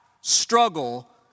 struggle